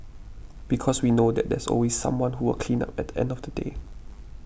because we know that there's always someone who will clean up at the end of the day